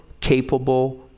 capable